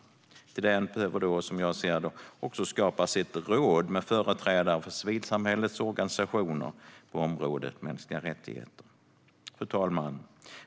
Därtill behöver det som jag ser det också skapas ett råd med företrädare för civilsamhällets organisationer på området mänskliga rättigheter. Fru talman!